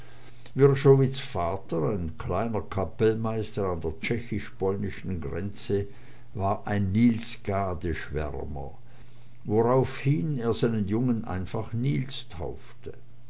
vater ein kleiner kapellmeister an der tschechisch polnischen grenze war ein niels gade schwärmer woraufhin er seinen jungen einfach niels taufte